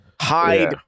hide